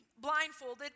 blindfolded